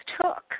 took